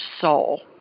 soul